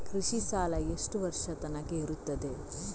ಕೃಷಿ ಸಾಲ ಎಷ್ಟು ವರ್ಷ ತನಕ ಇರುತ್ತದೆ?